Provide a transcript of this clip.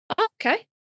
okay